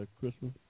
Christmas